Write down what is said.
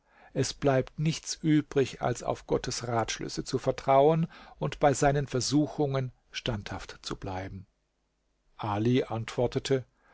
es bleibt nichts übrig als auf gottes ratschlüsse zu vertrauen und bei seinen versuchungen standhaft zu bleiben ali antwortete